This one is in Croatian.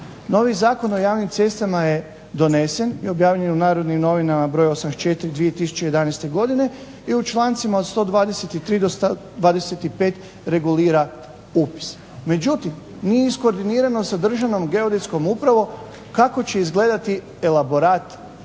Novi Zakon o javnim cestama je donesen i objavljen je u Narodnim novinama br. 84/2011. godine i u člancima od 123. do 125. regulira upis. Međutim, nije iskoordinirano sa Državnom geodetskom upravom kako će izgledati elaborat za